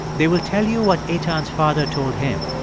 they will tell you what eitan's father told him.